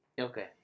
Okay